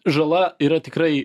žala yra tikrai